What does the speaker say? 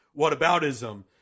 whataboutism